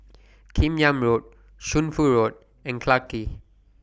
Kim Yam Road Shunfu Road and Clarke Quay